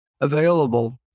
available